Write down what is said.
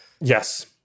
Yes